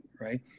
right